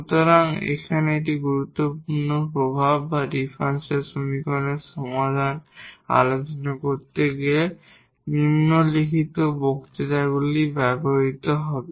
সুতরাং এটি এখানে একটি খুব গুরুত্বপূর্ণ প্রভাব যা ডিফারেনশিয়াল সমীকরণের সমাধান নিয়ে আলোচনা করতে নিম্নলিখিত বক্তৃতাগুলিতে ব্যবহৃত হবে